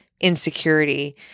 insecurity